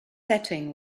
setting